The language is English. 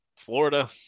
Florida